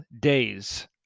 days